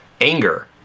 anger